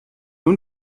nun